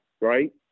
right